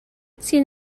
sin